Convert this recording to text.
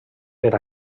per